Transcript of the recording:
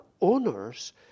owners